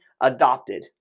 adopted